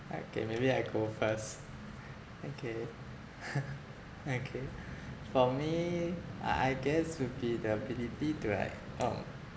okay maybe I go first okay okay for me I I guess will be the ability to like um